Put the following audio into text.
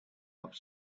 off